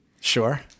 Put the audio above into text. sure